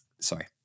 sorry